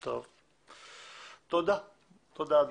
תודה, אדוני.